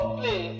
play